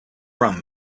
run